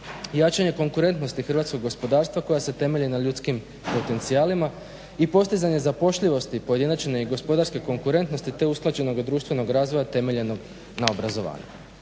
jačanje konkurentnosti hrvatskog gospodarstva koja se temelji na ljudskim potencijalima i postizanje zapošljivosti pojedinačne i gospodarske konkretnosti te usklađenog društvenog razvoja temeljenog na obrazovanju.